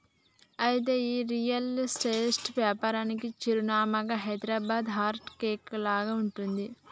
అయితే ఈ real estate వ్యాపారానికి చిరునామాగా హైదరాబాదు హార్ట్ కేక్ లాగా ఉంటుంది